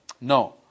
No